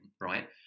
right